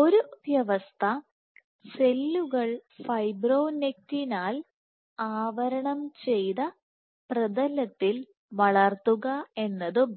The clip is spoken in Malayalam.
ഒരു വ്യവസ്ഥ സെല്ലുകൾ ഫൈബ്രോണെക്റ്റിൻ കോട്ടുചെയ്ത പ്രതലത്തിൽ വളർത്തുക എന്നതും